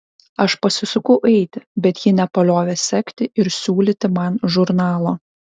aš pasisukau eiti bet ji nepaliovė sekti ir siūlyti man žurnalo